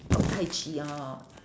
tai chi orh